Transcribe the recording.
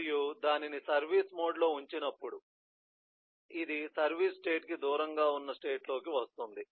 మరియు దానిని సర్వీస్ మోడ్లో ఉంచినప్పుడు ఇది సర్వీస్ స్టేట్ కి దూరంగా ఉన్న స్టేట్ లోకి వస్తుంది